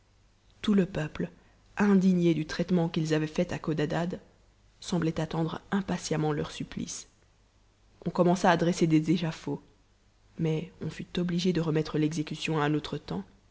tout le peuple indigné du traitement qu'ils avaient fait à codadad semblait attendre impatiemment leur supplice on commença à dresser des échafauds mais on fut obtigé de remettre l'exécution à un autre temps